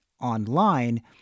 online